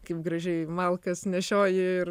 kaip gražiai malkas nešioji